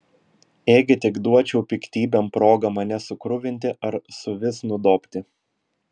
ėgi tik duočiau piktybėm progą mane sukruvinti ar suvis nudobti